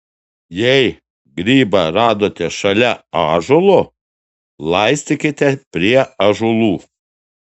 jei grybą radote šalia ąžuolo laistykite prie ąžuolų